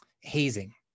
hazing